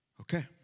Okay